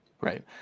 right